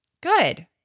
Good